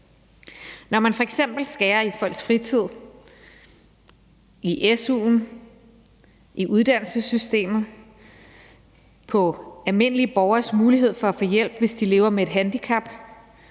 Når man f.eks. skærer i folks fritid, i su'en, i uddannelsessystemet, på almindelige borgeres mulighed for at få hjælp, hvis de lever med et handicap,